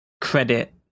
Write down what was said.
credit